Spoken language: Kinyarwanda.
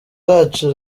wacu